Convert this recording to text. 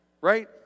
Right